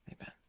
Amen